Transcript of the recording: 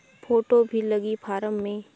Photo भी लगी form मे?